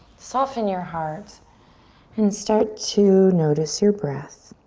soften your heart and start to notice your breath.